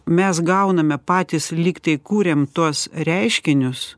mes gauname patys lyg tai kūrėm tuos reiškinius